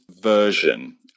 version